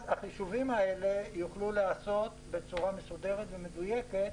החישובים האלה יוכלו להיעשות בצורה מסודרת ומדויקת,